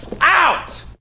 out